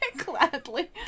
Gladly